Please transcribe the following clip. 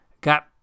got